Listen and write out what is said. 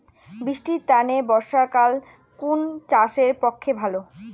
বৃষ্টির তানে বর্ষাকাল কুন চাষের পক্ষে ভালো?